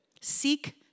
Seek